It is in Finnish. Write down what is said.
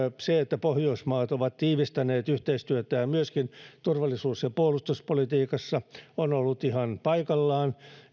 se että pohjoismaat ovat tiivistäneet yhteistyötään myöskin turvallisuus ja puolustuspolitiikassa on ollut ihan paikallaan